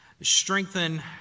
strengthen